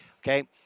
okay